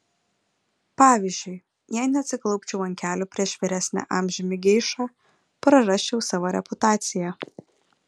pavyzdžiui jei neatsiklaupčiau ant kelių prieš vyresnę amžiumi geišą prarasčiau savo reputaciją